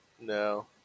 No